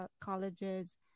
colleges